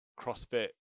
CrossFit